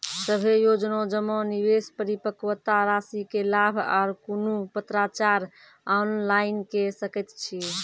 सभे योजना जमा, निवेश, परिपक्वता रासि के लाभ आर कुनू पत्राचार ऑनलाइन के सकैत छी?